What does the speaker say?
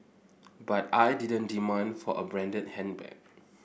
but I didn't demand for a branded handbag